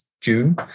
June